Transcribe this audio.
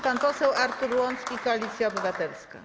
Pan poseł Artur Łącki, Koalicja Obywatelska.